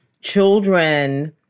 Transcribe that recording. children